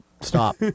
Stop